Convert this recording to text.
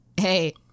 hey